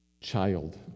child